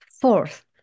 Fourth